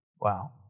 Wow